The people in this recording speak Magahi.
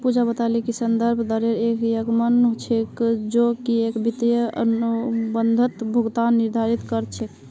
पूजा बताले कि संदर्भ दरेर एक यममन दर छेक जो की एक वित्तीय अनुबंधत भुगतान निर्धारित कर छेक